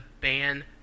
ban